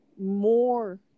more